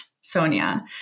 Sonia